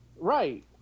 right